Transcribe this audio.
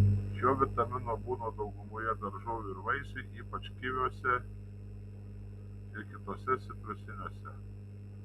šio vitamino būna daugumoje daržovių ir vaisių ypač kiviuose ir kituose citrusiniuose